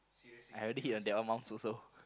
I already hit on that one mums also